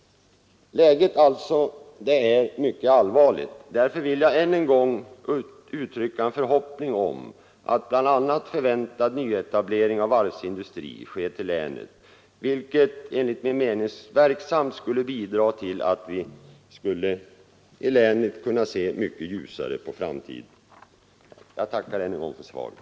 Läget är alltså mycket allvarligt. Därför vill jag uttrycka en förhopp ning om att bl.a. förväntad nyetablering av varvsindustri sker i länet, vilket enligt min mening verksamt skulle bidra till att vi i länet skulle kunna se mycket ljusare på framtiden. Jag tackar ännu en gång för svaret.